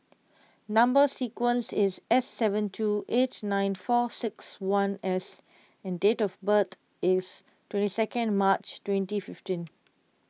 Number Sequence is S seven two eight nine four six one S and date of birth is twenty second March twenty fifteen